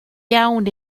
iawn